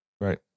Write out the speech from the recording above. right